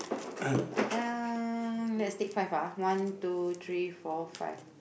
let's take five ah one two three four five